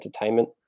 entertainment